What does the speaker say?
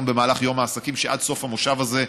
במהלך יום העסקים הוא שעד סוף המושב הזה,